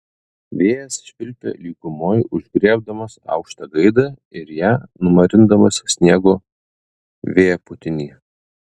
vėjas švilpia lygumoj užgriebdamas aukštą gaidą ir ją numarindamas sniego vėpūtiny